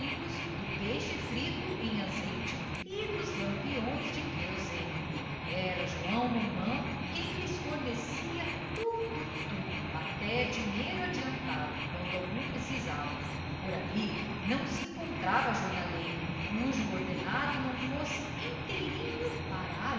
cachimbos do peixe frito em azeite e dos lampiões de querosene era joão romão quem lhes fornecia tudo tudo até dinheiro adiantado quando algum precisava por ali não se encontrava jornaleiro cujo ordenado não fosse inteirinho parar